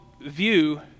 view